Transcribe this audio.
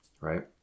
right